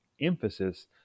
emphasis